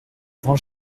grand